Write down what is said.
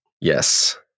Yes